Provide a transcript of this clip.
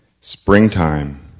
Springtime